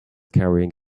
carrying